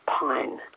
Pine